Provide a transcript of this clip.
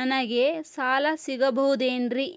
ನನಗೆ ಸಾಲ ಸಿಗಬಹುದೇನ್ರಿ?